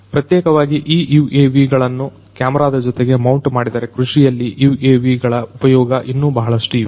ಪ್ರತ್ಯೇಕವಾಗಿ ಈ UAV ಗಳನ್ನು ಕ್ಯಾಮರಾದ ಜೊತೆಗೆ ಮೌಂಟ್ ಮಾಡಿದರೆ ಕೃಷಿಯಲ್ಲಿ UAV ಗಳ ಉಪಯೋಗ ಇನ್ನೂ ಬಹಳಷ್ಟು ಇವೆ